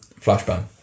Flashbang